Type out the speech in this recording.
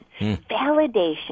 validation